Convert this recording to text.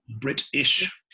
british